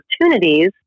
opportunities